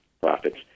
profits